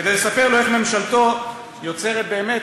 כדי לספר לו איך ממשלתו יוצרת באמת